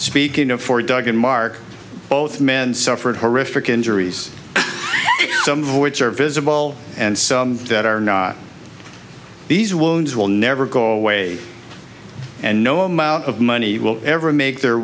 speaking of for doug and mark both men suffered horrific injuries some of which are visible and some that are not these wounds will never go away and no amount of money will ever make their